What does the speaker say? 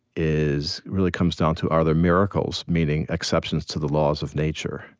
is really comes down to are there miracles, meaning exceptions to the laws of nature?